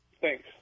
Thanks